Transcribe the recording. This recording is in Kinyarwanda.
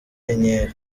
nyenyeri